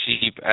cheap